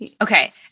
Okay